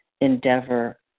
endeavor